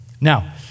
Now